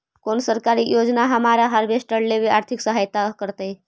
कोन सरकारी योजना हमरा हार्वेस्टर लेवे आर्थिक सहायता करतै?